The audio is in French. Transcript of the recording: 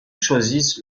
choisissent